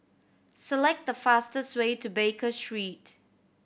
select the fastest way to Baker Street